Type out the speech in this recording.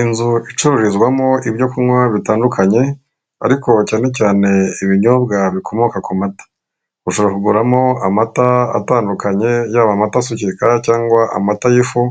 Inzu icururizwamo ibyo kunywa bitandukanye ariko cyane cyane ibinyobwa bikomoka ku mata, ushobora kuguramo amata atandukanye yaba amata asukika cyangwa amata y'ifu,